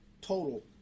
total